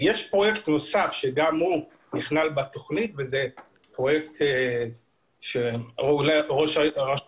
יש פרויקט נוסף שגם הוא נכלל בתוכנית וזה פרויקט שאולי ראש הרשות